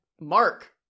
mark